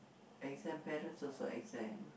exams parents also exam